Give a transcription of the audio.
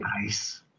Nice